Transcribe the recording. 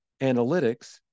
analytics